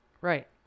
right